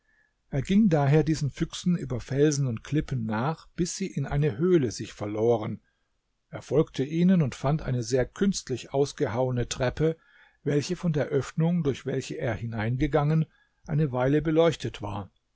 er ging daher diesen füchsen über felsen und klippen nach bis sie in eine höhle sich verloren er folgte ihnen und fand eine sehr künstlich ausgehauene treppe welche von der öffnung durch welche er hineingegangen eine weile beleuchtet war